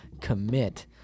commit